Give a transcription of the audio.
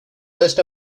list